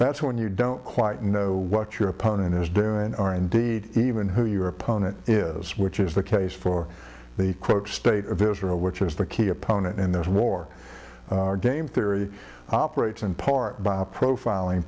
that's when you don't quite know what your opponent is doing or indeed even who your opponent is which is the case for the state of israel which is the key opponent in this war game theory operates in part by profiling